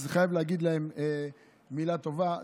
אז חייב להגיד להם מילה טובה.